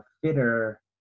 fitter